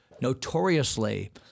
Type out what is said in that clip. notoriously